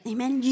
Amen